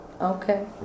Okay